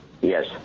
Yes